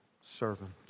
servant